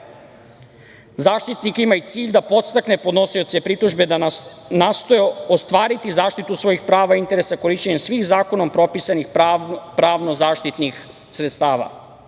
građana ima i cilj da podstakne podnosioce pritužbe da nastoje ostvariti zaštitu svojih prava i interesa korišćenjem svih zakonom propisanih pravno zaštitnih sredstava.Zaštitnik